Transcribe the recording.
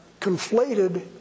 conflated